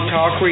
Talk